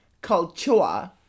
Culture